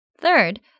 Third